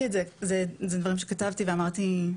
זה דברים שכתבתי ואמרתי,